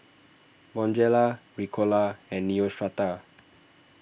Bonjela Ricola and Neostrata